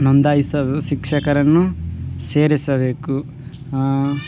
ನೋಂದಾಯಿಸ ಶಿಕ್ಷಕರನ್ನು ಸೇರಿಸಬೇಕು